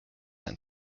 and